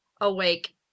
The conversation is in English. awake